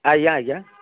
ଆଜ୍ଞା ଆଜ୍ଞା